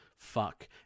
Fuck